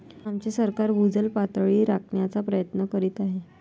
आमचे सरकार भूजल पातळी राखण्याचा प्रयत्न करीत आहे